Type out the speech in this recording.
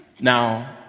now